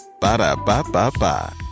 Ba-da-ba-ba-ba